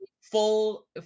full